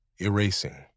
erasing